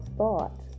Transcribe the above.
thought